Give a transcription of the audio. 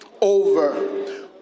Over